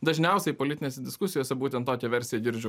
dažniausiai politinėse diskusijose būtent tokią versiją girdžiu